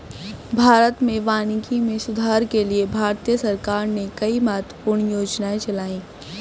भारत में वानिकी में सुधार के लिए भारतीय सरकार ने कई महत्वपूर्ण योजनाएं चलाई